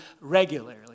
regularly